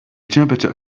temperature